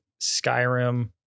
Skyrim